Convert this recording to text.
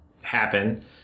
happen